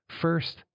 First